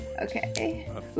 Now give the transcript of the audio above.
Okay